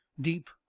deep